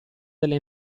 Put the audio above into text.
delle